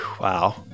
Wow